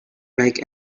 make